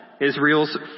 Israel's